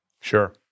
Sure